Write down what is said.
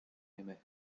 aimait